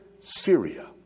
syria